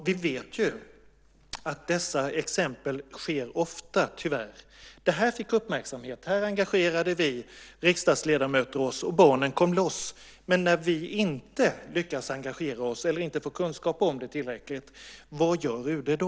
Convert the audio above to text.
Vi vet ju att sådana här exempel tyvärr förekommer ofta. Det här fick uppmärksamhet. Här engagerade vi riksdagsledamöter oss, och barnen kom loss. Men när vi inte lyckas engagera oss eller inte får tillräcklig kunskap, vad gör UD då?